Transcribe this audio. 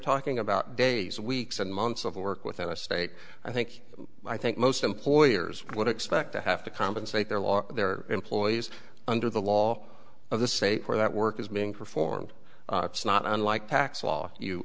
talking about days weeks and months of work within a state i think i think most employers would expect to have to compensate their law their employees under the law of the state for that work is being performed it's not unlike tax law you